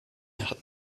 hat